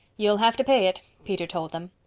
you'll have to pay it, peter told him.